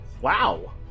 Wow